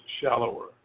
shallower